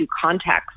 context